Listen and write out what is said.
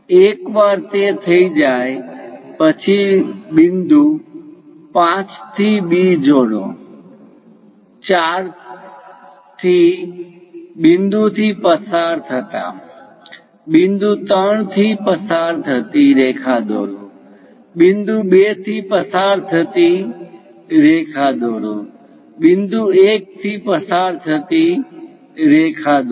એકવાર તે થઈ જાય પછી બિંદુ 5 થી B ને જોડો 4 થા બિંદુથી પસાર થતા બિંદુ 3 થી પસાર થતી રેખા દોરો બિંદુ 2 થી પસાર થતી રેખા દોરો બિંદુ 1 થી પસાર થતી રેખા દોરો